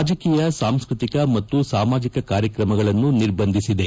ರಾಜಕೀಯ ಸಾಂಸ್ಕೃತಿಕ ಮತ್ತು ಸಾಮಾಜಿಕ ಕಾರ್ಯಕ್ರಮಗಳನ್ನು ನಿರ್ಬಂಧಿಸಿದೆ